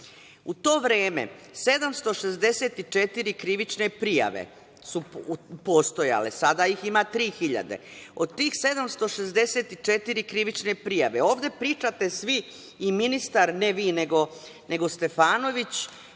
to vreme 764 krivične prijave su postojale. Sada ih ima 3.000. Od tih 764 krivične prijave, ovde pričate svi i ministar, ne vi nego Stefanović,